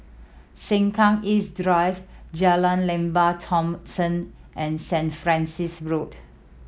Sengkang East Drive Jalan Lembah Thomson and Saint Francis Road